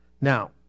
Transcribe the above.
Now